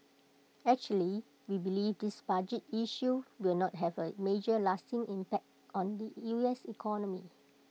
actually we believe this budget issue will not have A major lasting impact on the U S economy